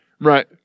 Right